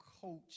coach